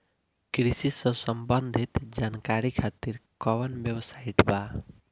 कृषि से संबंधित जानकारी खातिर कवन वेबसाइट बा?